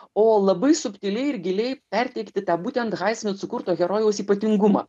o labai subtiliai ir giliai perteikti tą būtent haismit sukurto herojaus ypatingumą